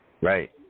Right